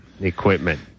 equipment